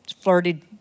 flirted